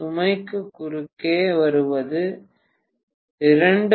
சுமைக்கு குறுக்கே வருவது 2